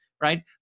Right